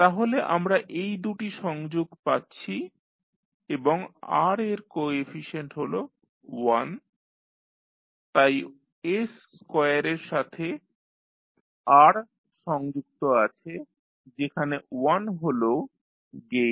তাহলে আমরা এই দুটি সংযোগ পাচ্ছি এবং r এর কোএফিশিয়েন্ট হল 1 তাই s স্কোয়ার এর সাথে r সংযুক্ত আছে যেখানে 1 হল গেইন